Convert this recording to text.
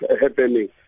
happening